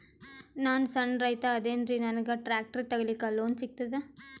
ನಾನ್ ಸಣ್ ರೈತ ಅದೇನೀರಿ ನನಗ ಟ್ಟ್ರ್ಯಾಕ್ಟರಿ ತಗಲಿಕ ಲೋನ್ ಸಿಗತದ?